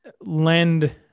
lend